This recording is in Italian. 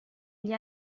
gli